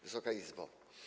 Wysoka Izbo!